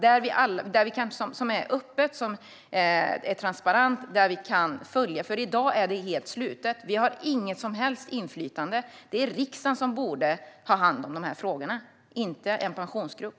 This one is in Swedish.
Den ska vara öppen och transparent, så att vi kan följa den. I dag är det nämligen helt slutet; vi har inget som helst inflytande. Det är riksdagen som borde ha hand om dessa frågor - inte en pensionsgrupp.